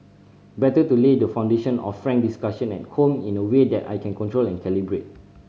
better to lay the foundation of frank discussion at home in a way that I can control and calibrate